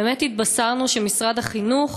באמת התבשרנו שמשרד החינוך